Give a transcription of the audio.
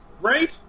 Right